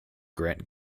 grant